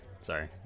Sorry